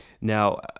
now